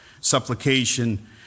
supplication